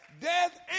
death